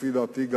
לפי דעתי,